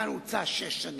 כאן הוצע, שש שנים.